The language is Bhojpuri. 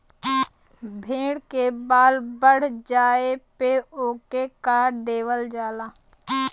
भेड़ के बाल बढ़ जाये पे ओके काट देवल जाला